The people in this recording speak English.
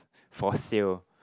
for sale